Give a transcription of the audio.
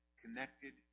connected